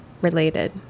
related